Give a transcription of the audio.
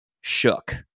shook